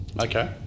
Okay